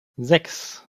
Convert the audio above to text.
sechs